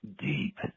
deep